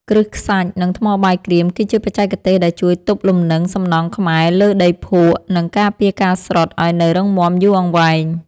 គ្រឹះខ្សាច់ និង ថ្មបាយក្រៀមគឺជាបច្ចេកទេសដែលជួយទប់លំនឹងសំណង់ខ្មែរលើដីភក់ និង ការពារការស្រុតឱ្យនៅរឹងមាំយូរអង្វែង។